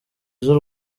z’u